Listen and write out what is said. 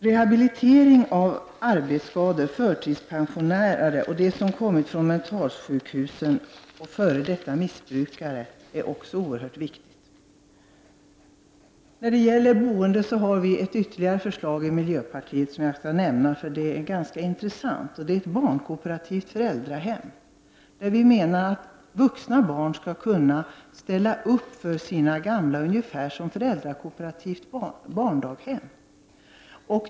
Rehabilitering av arbetsskadade, förtidspensionärer och av dem som kommit ut från mentalsjukhus samt av f.d. missbrukare är också oerhört viktig. När det gäller boende har vi i miljöpartiet ytterligare ett förslag som jag tänkte nämna, för det är ganska intressant, och det är ett barnkooperativt föräldrahem. Vi menar att vuxna barn skall kunna ställa upp för sina gamla, dvs. en verksamhet ungefär motsvarande den i ett föräldrakooperativt barndaghem.